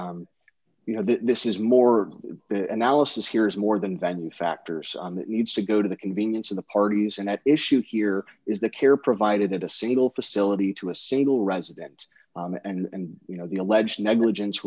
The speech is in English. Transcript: you know this is more analysis here is more than venue factors on that needs to go to the convenience of the parties and at issue here is the care provided a single facility to a single resident and you know the alleged negligence